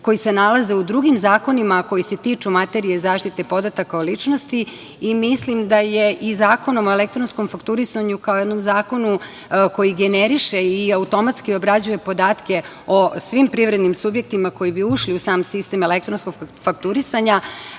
koje se nalaze u drugim zakonima, a koje se tiču materije zaštite podataka o ličnosti i mislim da je i Zakonom o elektronskom fakturisanju, kao jednom zakonu koji generiše i automatski obrađuje podatke o svim privrednim subjektima koji bi ušli u sam sistem elektronskog fakturisanja,